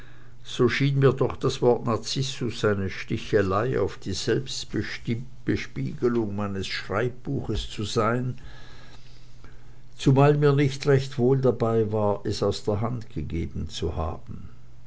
so schien mir doch das wort narziß eine stichelei auf die selbstbespiegelung meines schreibbuches zu sein zumal mir nicht recht wohl dabei war es aus der hand gegeben zu haben